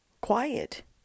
quiet